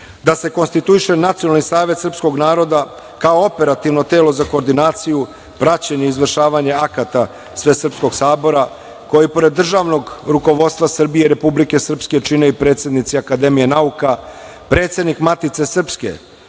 da se konstituiše Nacionalni savet srpskog naroda, kao operativno telo za koordinaciju, praćenje i izvršavanje akata Svesrpskog sabora, koji pored državnog rukovodstva Srbije i Republike Srpske čine i predsednici Akademije nauka, predsednik Matice srpske,